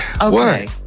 Okay